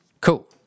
Cool